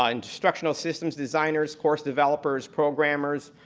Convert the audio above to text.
ah and instructional systems designers, course developers, programmers,